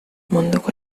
munduko